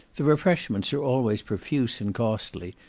the refreshments are always profuse and costly,